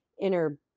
inner